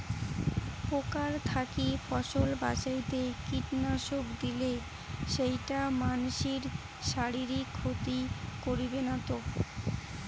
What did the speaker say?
পোকার থাকি ফসল বাঁচাইতে কীটনাশক দিলে সেইটা মানসির শারীরিক ক্ষতি করিবে না তো?